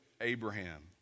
Abraham